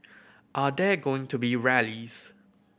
are there going to be rallies